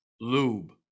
lube